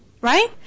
Right